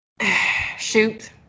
shoot